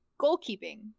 goalkeeping